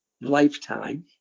lifetime